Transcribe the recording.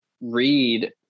read